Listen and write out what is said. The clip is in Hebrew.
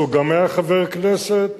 שגם היה חבר כנסת,